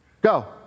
Go